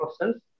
process